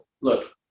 Look